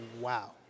wow